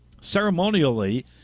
ceremonially